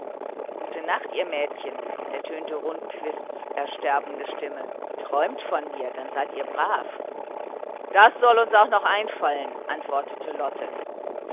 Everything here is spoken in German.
gute nacht ihr mädchen ertönte rundquists ersterbende stimme träumt von mir dann seid ihr brav das sollt uns auch noch einfallen antwortete lotte